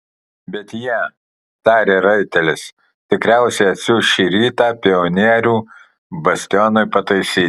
bet jie tarė raitelis tikriausiai atsiųs šį rytą pionierių bastionui pataisyti